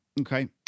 Okay